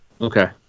Okay